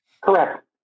Correct